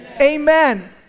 Amen